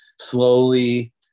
slowly